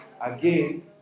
again